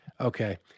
Okay